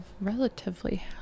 relatively